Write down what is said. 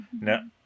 no